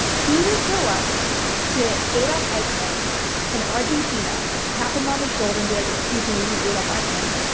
he would go up to adolf eichmann in argentina, tap him on the shoulder and be like, excuse me, are you adolf eichmann?